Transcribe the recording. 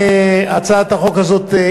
הצעת החוק הזאת,